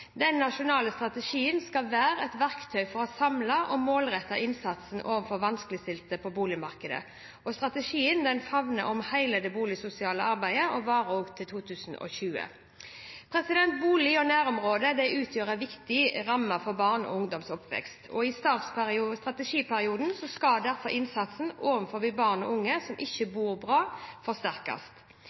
nasjonale strategien skal være et verktøy for å samle og målrette innsatsen overfor vanskeligstilte på boligmarkedet. Strategien favner om hele det boligsosiale arbeidet og varer til 2020. Boligen og nærområdet utgjør en viktig ramme for barn og unges oppvekst. I strategiperioden skal derfor innsatsen overfor barn og unge som ikke bor bra,